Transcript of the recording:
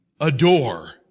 adore